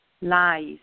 lies